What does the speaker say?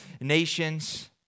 nations